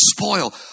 spoil